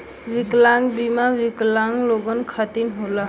विकलांग बीमा विकलांग लोगन खतिर होला